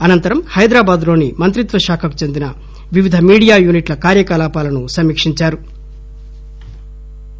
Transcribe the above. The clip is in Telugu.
అనంతరం ఆయన హైదరాబాద్ లోని మంత్రిత్వశాఖకు చెందిన వివిధ మీడియా యూనిట్ల కార్యకలాపాలను సమీకించారు